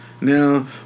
Now